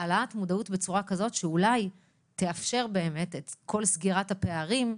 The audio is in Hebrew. העלאת מודעות בצורה כזאת שאולי תאפשר באמת את כל סגירת הפערים,